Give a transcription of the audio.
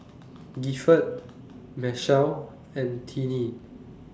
Gifford Machelle and Tinnie